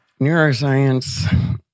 neuroscience